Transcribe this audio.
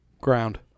ground